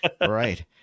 right